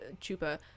chupa